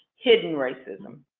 hidden racism.